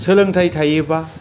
सोलोंथाइ थायोबा